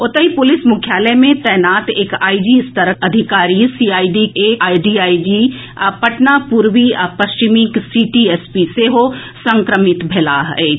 ओतहि पुलिस मुख्यालय मे तैनात एक आईजी स्तरक अधिकारी सीआईडीक एक डीआईजी आ पटना पूर्वी आ पश्चिमीक सिटी एसपी सेहो संक्रमित भेलाह अछि